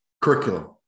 curriculum